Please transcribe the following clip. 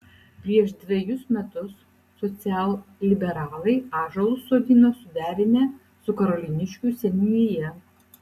prieš dvejus metus socialliberalai ąžuolus sodino suderinę su karoliniškių seniūnija